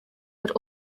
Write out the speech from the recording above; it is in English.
would